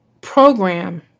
program